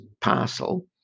parcel